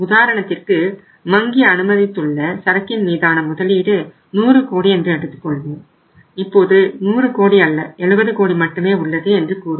உதாரணத்திற்கு வங்கி அனுமதித்துள்ள சரக்கின் மீதான முதலீடு 100 கோடி என்று எடுத்துக்கொள்வோம் இப்போது 100 கோடி அல்ல 70 கோடி மட்டுமே உள்ளது என்று கூறுவர்